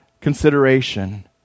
consideration